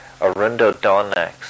Arundodonax